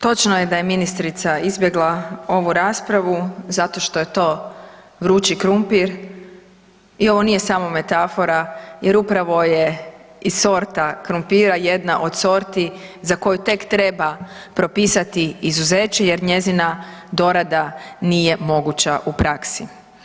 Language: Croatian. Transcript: Točno je da je ministrica izbjegla ovu raspravu, zato što je to vrući krumpir i ovo nije samo metafora jer upravo je i sorta krumpira jedna od sorti za koju tek treba propisati izuzeće jer njezina dorada nije moguća u praksi.